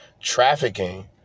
trafficking